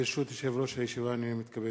ברשות יושב-ראש הישיבה, הנני מתכבד